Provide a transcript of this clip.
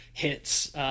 hits